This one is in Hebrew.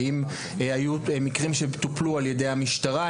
האם היו מקרים שטופלו על ידי המשטרה?